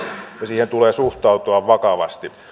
ja siihen tulee suhtautua vakavasti